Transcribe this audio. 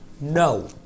No